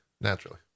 Naturally